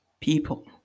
people